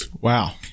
Wow